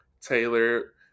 Taylor